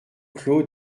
clos